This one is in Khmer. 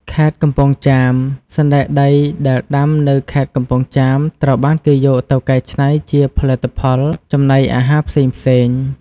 ខេត្តកំពង់ចាម សណ្តែកដីដែលដាំនៅខេត្តកំពង់ចាម ត្រូវបានគេយកទៅកែច្នៃជាផលិតផលចំណីអាហារផ្សេងៗ។